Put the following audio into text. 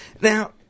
Now